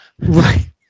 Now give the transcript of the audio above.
right